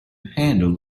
handle